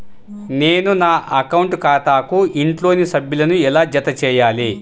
నేను నా అకౌంట్ ఖాతాకు ఇంట్లోని సభ్యులను ఎలా జతచేయాలి?